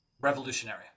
Revolutionary